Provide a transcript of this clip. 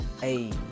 hey